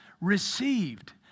received